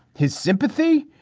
his sympathy,